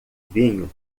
vinho